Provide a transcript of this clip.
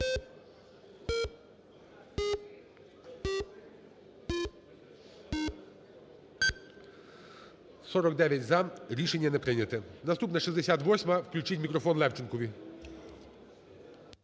За-49 Рішення не прийнято. Наступна – 68-а. Включіть мікрофонЛевченкові.